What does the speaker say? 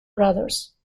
brothers